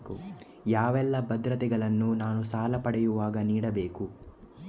ಯಾವೆಲ್ಲ ಭದ್ರತೆಗಳನ್ನು ನಾನು ಸಾಲ ಪಡೆಯುವಾಗ ನೀಡಬೇಕು?